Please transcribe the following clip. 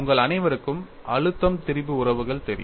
உங்கள் அனைவருக்கும் அழுத்தம் திரிபு உறவுகள் தெரியும்